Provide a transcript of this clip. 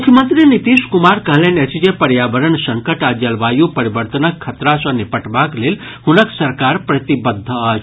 मुख्यमंत्री नीतीश कुमार कहलनि अछि जे पर्यावरण संकट आ जलवायु परिवर्तनक खतरा सँ निपटबाक लेल हुनक सरकार प्रतिबद्ध अछि